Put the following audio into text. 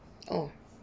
oh